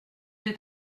est